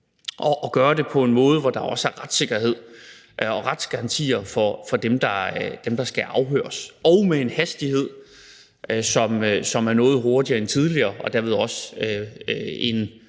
og gøre det på en måde, hvor der også er retssikkerhed og retsgarantier for dem, der skal afhøres, og man kan gøre det med en hastighed, som er noget højere end tidligere og derved også med